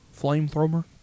Flamethrower